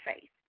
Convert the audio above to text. faith